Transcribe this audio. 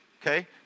okay